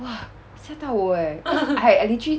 !wah! 吓到我 eh I I literally